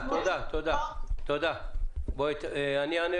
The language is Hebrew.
אני אענה